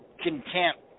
contempt